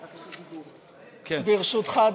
ברשותך,